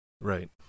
Right